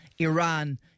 Iran